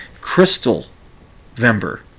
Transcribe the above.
Crystal-vember